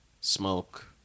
smoke